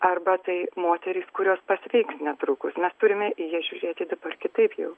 arba tai moterys kurios pasveiks netrukus turime į jas žiūrėti dabar kitaip jau